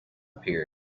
appeared